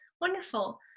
Wonderful